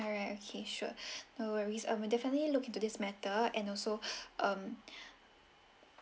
alright okay sure no worries I'll definitely look into this matter and also um